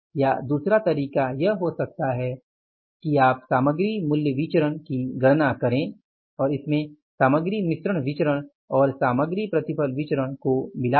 या दूसरा तरीका यह हो सकता है कि आप सामग्री मूल्य विचरण की गणना करें और इसमें सामग्री मिश्रण विचरण और सामग्री प्रतिफल विचरण को मिला दे